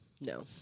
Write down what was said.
no